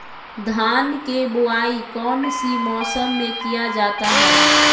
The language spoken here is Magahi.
धान के बोआई कौन सी मौसम में किया जाता है?